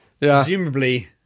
Presumably